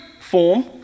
form